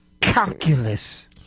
Calculus